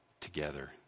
together